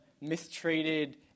mistreated